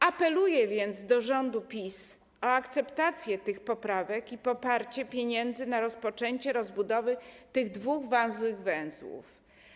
Apeluję więc do rządu PiS o akceptację tych poprawek i poparcie przeznaczenia pieniędzy na rozpoczęcie rozbudowy tych dwóch ważnych węzłów.